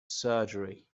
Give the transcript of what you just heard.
surgery